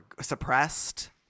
suppressed